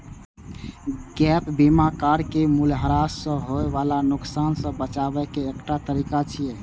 gap बीमा car के मूल्यह्रास सं होय बला नुकसान सं बचाबै के एकटा तरीका छियै